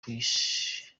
cyrus